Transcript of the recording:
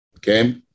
Okay